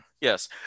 Yes